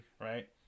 right